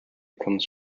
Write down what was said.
comes